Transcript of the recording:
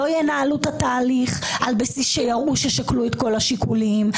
לא ינהלו את התהליך על בסיס שיראו ששקלו את כל השיקולים.